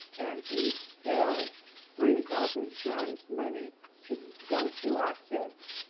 and he still free health insurance money should go to our kids.